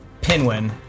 Pinwin